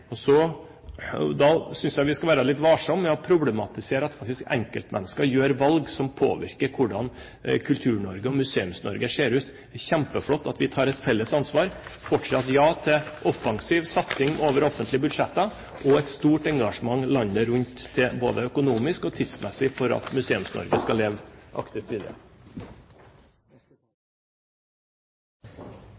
synes vi skal være litt varsomme med å problematisere det at enkeltmennesker gjør valg som påvirker hvordan Kultur-Norge og Museums-Norge ser ut. Det er kjempeflott at vi tar et felles ansvar. Fortsatt ja til offensiv satsing over offentlige budsjetter og et stort engasjement landet rundt er viktig både økonomisk og tidsmessig for at Museums-Norge skal leve aktivt